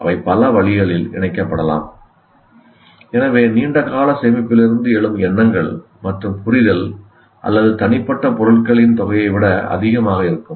அவை பல வழிகளில் இணைக்கப்படலாம் எனவே நீண்டகால சேமிப்பிலிருந்து எழும் எண்ணங்கள் மற்றும் புரிதல் அல்லது தனிப்பட்ட பொருட்களின் தொகையை விட அதிகமாக இருக்கும்